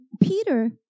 Peter